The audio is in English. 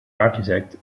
architect